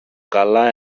καλά